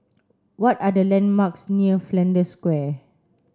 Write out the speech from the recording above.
what are the landmarks near Flanders Square